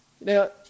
Now